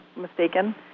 mistaken